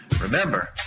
Remember